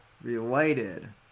related